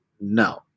No